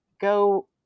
go